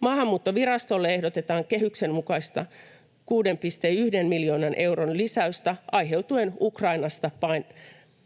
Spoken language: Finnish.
Maahanmuuttovirastolle ehdotetaan kehyksen mukaista 6,1 miljoonan euron lisäystä aiheutuen Ukrainasta